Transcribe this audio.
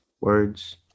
Words